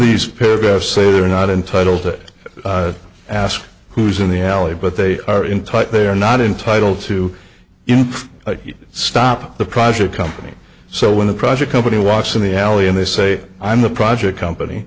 these paragraphs say they're not entitled that ask who's in the alley but they are in touch they are not entitled to in stop the project company so when the project company walks in the alley and they say i'm the project company